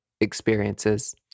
experiences